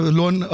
loan